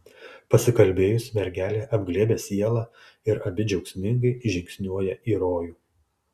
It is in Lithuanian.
pasikalbėjus mergelė apglėbia sielą ir abi džiaugsmingai žingsniuoja į rojų